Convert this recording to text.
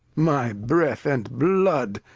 my breath and blood!